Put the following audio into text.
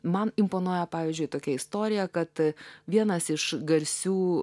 man imponuoja pavyzdžiui tokia istorija kad vienas iš garsių